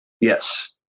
Yes